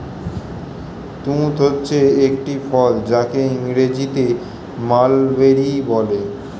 তুঁত হচ্ছে একটি ফল যাকে ইংরেজিতে মালবেরি বলে